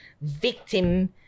victim